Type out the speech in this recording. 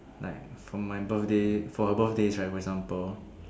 like for my birthday for her birthday service for example